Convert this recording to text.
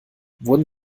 wurden